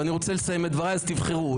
ואני רוצה לסיים את דבריי, אז תבחרו.